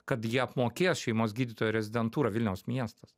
kad jie apmokės šeimos gydytojo rezidentūrą vilniaus miestas